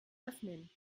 öffnen